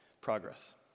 Progress